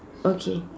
okay